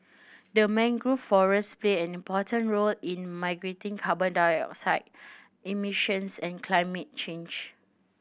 the mangrove forest play an important role in mitigating carbon dioxide emissions and climate change